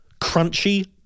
crunchy